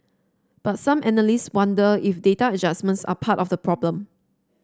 but some analysts wonder if data adjustments are part of the problem